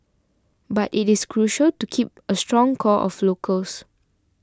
but it is crucial to keep a strong core of locals